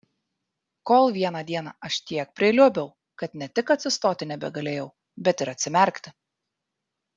kol vieną dieną aš tiek priliuobiau kad ne tik atsistoti nebegalėjau bet ir atsimerkti